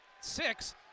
six